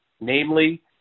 namely